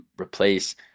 replace